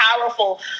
powerful